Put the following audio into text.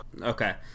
Okay